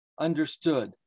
understood